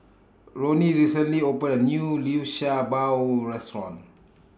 Roni recently opened A New Liu Sha Bao Restaurant